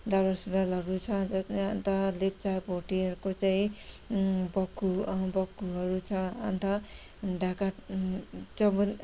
दौरा सुरुवालहरू छ अन्त लेप्चा भोटेहरूको चाहिँ बक्खु बक्खुहरू छ अन्त ढाका चौबन्